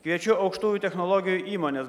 kviečiu aukštųjų technologijų įmones